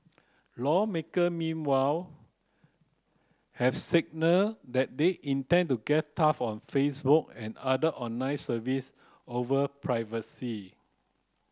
lawmaker meanwhile have signalled that they intend to get tough on Facebook and other online service over privacy